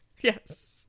Yes